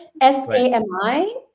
s-a-m-i